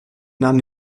nahm